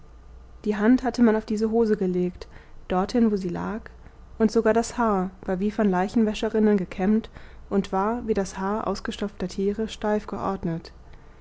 die hand hatte man auf diese hose gelegt dorthin wo sie lag und sogar das haar war wie von leichenwäscherinnen gekämmt und war wie das haar ausgestopfter tiere steif geordnet